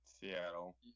Seattle